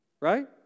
Right